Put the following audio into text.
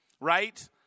right